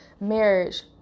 marriage